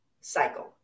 cycle